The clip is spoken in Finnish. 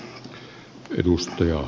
arvoisa puhemies